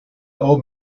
old